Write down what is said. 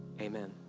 amen